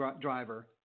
driver